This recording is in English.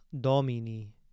Domini